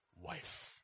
wife